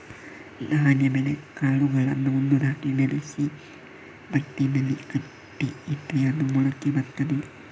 ಧಾನ್ಯ ಬೇಳೆಕಾಳುಗಳನ್ನ ಒಂದು ರಾತ್ರಿ ನೆನೆಸಿ ಬಟ್ಟೆನಲ್ಲಿ ಕಟ್ಟಿ ಇಟ್ರೆ ಅದು ಮೊಳಕೆ ಬರ್ತದೆ